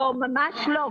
ממש לא,